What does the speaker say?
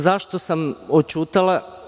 Zašto sam oćutala?